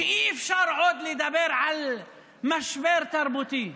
שאי-אפשר עוד לדבר על משבר תרבותי,